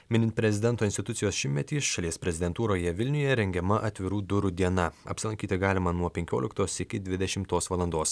minint prezidento institucijos šimtmetį šalies prezidentūroje vilniuje rengiama atvirų durų diena apsilankyti galima nuo penkioliktos iki dvidešimtos valandos